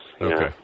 Okay